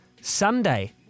Sunday